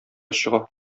чыга